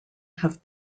have